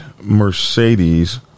Mercedes